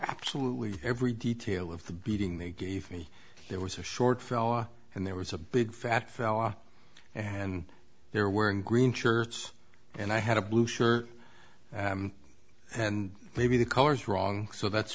absolutely every detail of the beating they gave me they were so short fella and there was a big fat fella and they're wearing green shirts and i had a blue shirt and maybe the colors wrong so that's